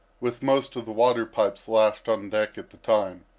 with most of the water-pipes lashed on deck at the time.